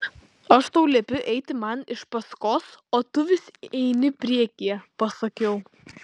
aš tau liepiu eiti man iš paskos o tu vis eini priekyje pasakiau